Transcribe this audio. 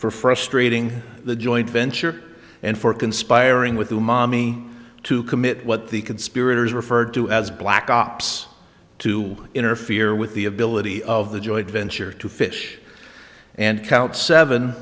frustrating the joint venture and for conspiring with mommy to commit what the conspirators referred to as black ops to interfere with the ability of the joint venture to fish and count seven